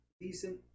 decent